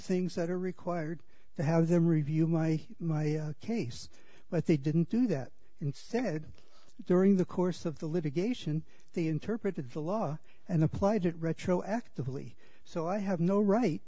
things that are required to have them review my my case but they didn't do that instead during the course of the litigation they interpret the law and applied it retroactively so i have no right